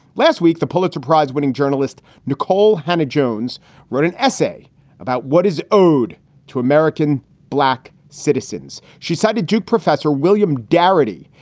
last week, the pulitzer prize winning journalist nicole hannah jones wrote an essay about what is owed to american black citizens. she cited duke professor william darity,